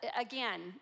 again